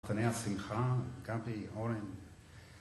חתני השמחה, גבי, אורן